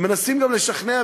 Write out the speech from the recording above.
ומנסים גם לשכנע,